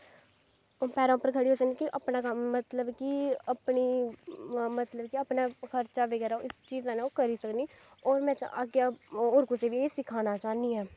पैरें पर खड़ी होई सकनी क्यों अपनी कम्म मतलव की अपनी मतलव की अपनी खर्चा बगैरा अऊं उसी चीज़ कन्नै करी सकनी और में अग्गैं होर कुसै गी सखाना चाह्न्नी ऐं